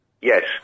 Yes